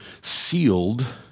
sealed